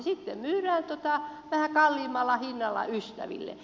sitten myydään vähän kalliimmalla hinnalla ystäville